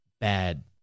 bad